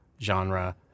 genre